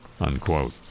unquote